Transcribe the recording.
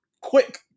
quick